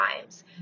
times